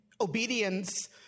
obedience